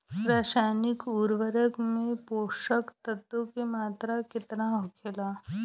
रसायनिक उर्वरक मे पोषक तत्व के मात्रा केतना होला?